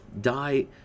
die